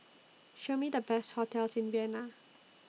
Show Me The Best hotels in Vienna